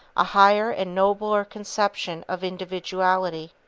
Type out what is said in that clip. a higher and nobler conception of individuality.